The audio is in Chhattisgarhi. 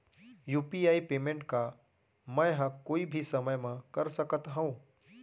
यू.पी.आई पेमेंट का मैं ह कोई भी समय म कर सकत हो?